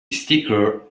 sticker